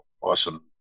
awesome